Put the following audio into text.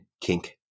kink